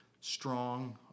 strong